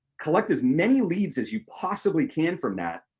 collect as many leads as you possibly can from that,